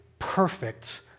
perfect